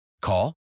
Call